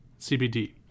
CBD